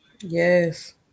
yes